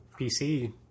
PC